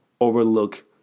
overlook